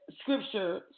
scripture